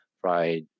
fried